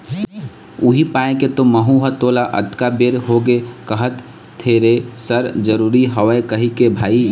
उही पाय के तो महूँ ह तोला अतका बेर होगे कहत थेरेसर जरुरी हवय कहिके भाई